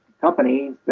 companies